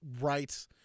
right